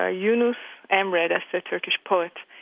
ah yunus emre, that's the turkish poet,